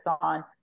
on